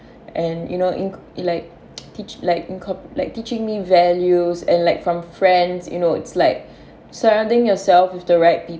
and you know in~ like teach like in~ like teaching me values and like from friends you know it's like surrounding yourself with the right people